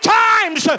times